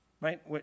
Right